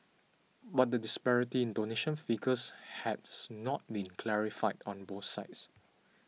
but the disparity in donation figures has not been clarified on both sides